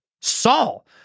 Saul